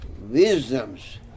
wisdoms